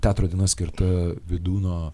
teatro diena skirta vydūno